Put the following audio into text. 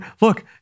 look